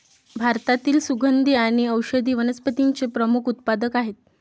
भारतातील सुगंधी आणि औषधी वनस्पतींचे प्रमुख उत्पादक आहेत